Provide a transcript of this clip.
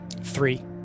Three